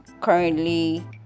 currently